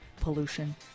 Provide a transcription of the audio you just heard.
pollution